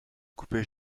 coupait